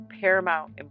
paramount